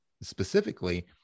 specifically